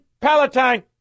Palatine